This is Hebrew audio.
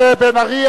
חבר הכנסת בן-ארי,